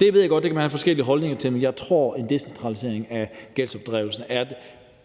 Det ved jeg godt man kan have forskellige holdninger til, men jeg tror, at en decentralisering af gældsinddrivelsen måske